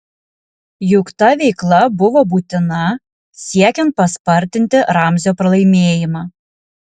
juk ta veikla buvo būtina siekiant paspartinti ramzio pralaimėjimą